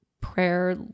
prayer